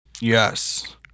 Yes